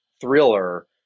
thriller